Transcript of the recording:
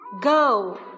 Go